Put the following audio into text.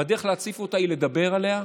והדרך להציף אותה היא לדבר עליה,